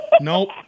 Nope